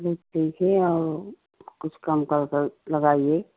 अरे कैसे और कुछ कम कर कर लगाइए